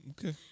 Okay